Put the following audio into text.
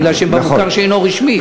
מפני שהם במוכר שאינו רשמי.